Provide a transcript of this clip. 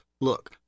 Look